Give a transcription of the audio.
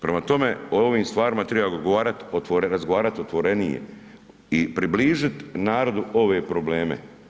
Prema tome, o ovim stvarima treba razgovarati otvorenije i približiti narodu ove probleme.